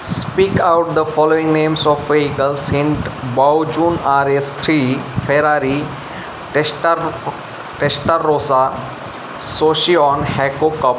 speak out the following names of vehicles hint बाऊजून R S three Ferrari tester Testarossa सोशिऑन हॅको copy